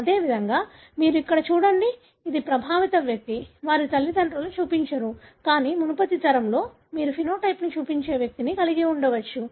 అదేవిధంగా మీరు ఇక్కడ చూడండి ఇది ప్రభావిత వ్యక్తి వారి తల్లిదండ్రులు చూపించరు కానీ మునుపటి తరంలో మీరు సమలక్షణాన్ని చూపించే వ్యక్తిని కలిగి ఉండవచ్చు